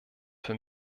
für